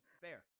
Fair